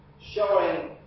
showing